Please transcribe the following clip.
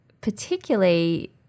particularly